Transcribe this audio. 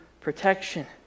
protection